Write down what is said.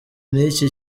n’iki